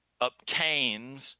obtains